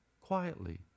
quietly